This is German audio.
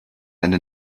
eine